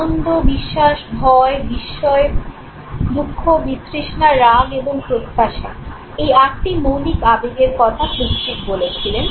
আনন্দ বিশ্বাস ভয় বিস্ময় দুঃখ বিতৃষ্ণা রাগ এবং প্রত্যাশা এই আটটি মৌলিক আবেগের কথা প্লুটচিক বলেছিলেন